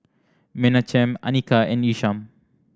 Menachem Anika and Isham